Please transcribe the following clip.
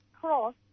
cross